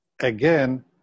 Again